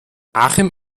achim